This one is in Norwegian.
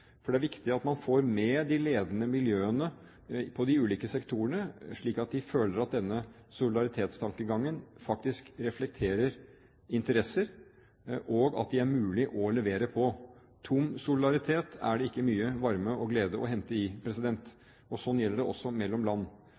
For det er viktig at man får med de ledende miljøene i de ulike sektorene, slik at de føler at denne solidaritetstankegangen faktisk reflekterer interesser, og at det er mulig å levere. I tom solidaritet er det ikke mye varme og glede å hente, og det gjelder også mellom land.